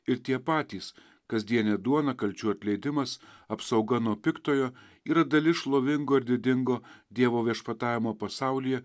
ir tie patys kasdienė duona kalčių atleidimas apsauga nuo piktojo yra dalis šlovingo ir didingo dievo viešpatavimo pasaulyje